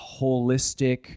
holistic